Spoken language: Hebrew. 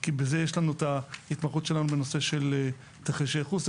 כי בזה יש לנו את ההתמחות שלנו בנושא של תרחישי ייחוס,